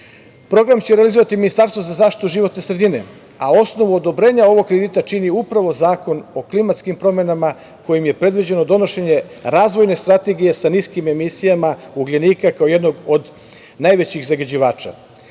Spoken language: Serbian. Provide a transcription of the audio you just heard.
Program će realizovati Ministarstvo za zaštitu životne sredine, a osnovu odobrenja ovog kredita čini upravo zakon o klimatskim promenama, kojim je predviđeno donošenje razvojne strategije sa niskim emisijama ugljenika kao jednog od najvećih zagađivača. Posledice